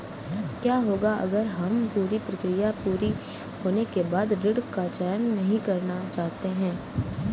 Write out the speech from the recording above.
क्या होगा अगर हम पूरी प्रक्रिया पूरी होने के बाद ऋण का चयन नहीं करना चाहते हैं?